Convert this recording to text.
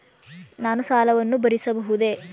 ನಾನು ಸಾಲವನ್ನು ಭರಿಸಬಹುದೇ?